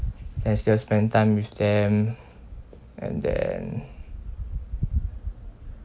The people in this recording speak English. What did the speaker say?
as well spend time with them and then